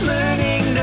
Learning